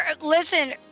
listen